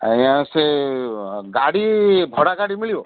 ଆଜ୍ଞା ସେ ଗାଡ଼ି ଭଡ଼ା ଗାଡ଼ି ମିଳିବ